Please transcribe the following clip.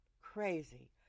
crazy